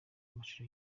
amashusho